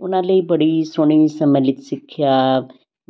ਉਹਨਾਂ ਲਈ ਬੜੀ ਸੋਹਣੀ ਸਮਲਿਤ ਸਿੱਖਿਆ